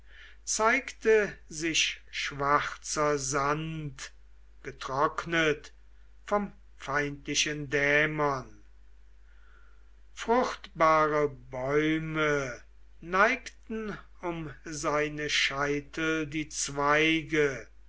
zeigte sich schwarzer sand getrocknet vom feindlichen dämon fruchtbare bäume neigten um seine scheitel die zweige